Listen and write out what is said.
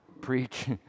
preach